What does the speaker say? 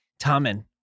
Tommen